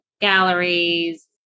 galleries